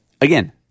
Again